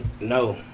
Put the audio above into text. no